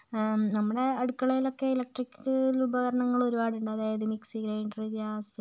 നമ്മളുടെ അടുക്കളയിലൊക്കെ ഇലക്ട്രിക് ഉപകരണങ്ങൾ ഒരുപാടുണ്ട് അതായത് മിക്സി ഗ്രൈൻഡർ ഗ്യാസ്